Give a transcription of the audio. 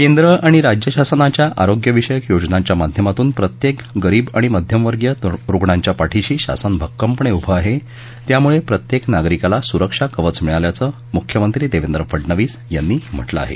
केंद्र आणि राज्य शासनाच्या आरोग्यविषयक योजनांच्या माध्यमातून प्रत्येक गरीब आणि मध्यमवर्गीय रुग्णांच्या पाठीशी शासन भक्कमपणे उभं आहे त्यामुळे प्रत्येक नागरिकाला सुरक्षा कवच मिळाल्याचं मुख्यमंत्री देवेंद्र फडनवीस यांनी म्हटलं आहे